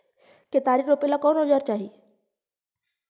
केतारी रोपेला कौन औजर चाही?